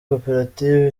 koperative